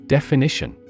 Definition